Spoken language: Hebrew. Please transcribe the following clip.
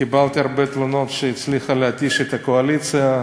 קיבלתי הרבה תלונות שהיא הצליחה להתיש את הקואליציה.